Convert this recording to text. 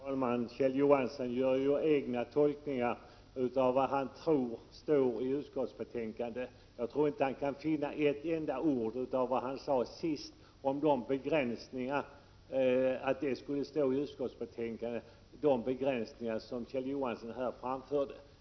Herr talman! Kjell Johansson gör egna tolkningar av vad han tror står i utskottsbetänkandet. Jag tror inte att han kan finna ett enda ord i betänkandet om de begränsningar som han talade om nu senast.